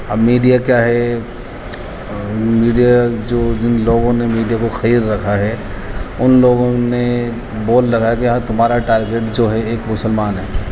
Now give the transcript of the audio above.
اب میڈیا کیا ہے میڈیا جو جن لوگوں نے میڈیا کو خرید رکھا ہے ان لوگوں نے بول رکھا ہے کہ آج تمہارا ٹارگیٹ جو ہے ایک مسلمان ہے